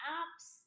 apps